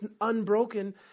unbroken